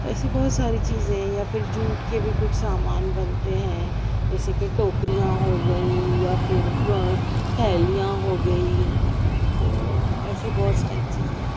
تو ایسی بہت ساری چیزیں یا پھر جوٹ کے بھی کچھ سامان بنتے ہیں جیسے کہ ٹوکریاں ہو گئیں یا پھر تھیلیاں ہو گئیں تو ایسی بہت ساری چیزیں ہیں